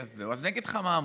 אז אני אגיד לך מה אמרו.